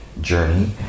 Journey